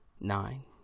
Nine